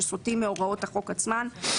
שסוטים מהוראות החוק עצמן.